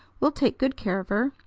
we'll take good care of her.